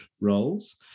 roles